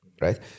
right